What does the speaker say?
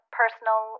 personal